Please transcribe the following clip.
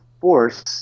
force